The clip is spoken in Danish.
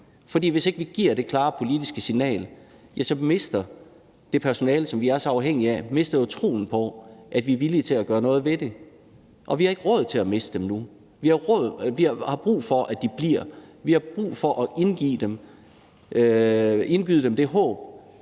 hvis ikke vi giver det klare politiske signal, ja, så mister det personale, som vi er så afhængige af, jo troen på, at vi er villige til at gøre noget ved det, og vi har ikke råd til at miste dem nu. Vi har brug for, at de bliver. Vi har brug for at indgyde dem det håb,